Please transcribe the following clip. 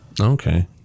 okay